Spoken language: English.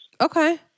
Okay